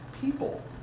people